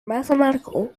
mathematical